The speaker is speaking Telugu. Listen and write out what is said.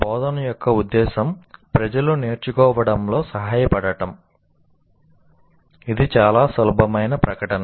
బోధన యొక్క ఉద్దేశ్యం ప్రజలు నేర్చుకోవడంలో సహాయపడటం ఇది చాలా సులభమైన ప్రకటన